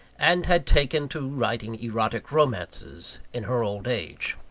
and had taken to writing erotic romances in her old age.